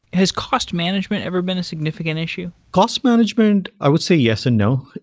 has cost management ever been a significant issue? cost management, i would say yes and no.